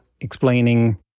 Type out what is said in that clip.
explaining